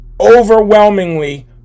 overwhelmingly